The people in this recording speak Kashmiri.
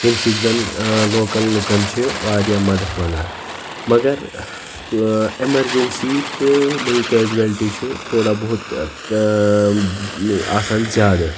ییٚمہِ سۭتۍ زَن ٲں لوٗکَل لوٗکَن چھِ واریاہ مَدَد مَنٛگان مگر ٲں ایٚمَرجَنسی تہٕ بیٚیہِ کیجویلٹی چھُ تھوڑا بہت ٲں آسان زیادٕ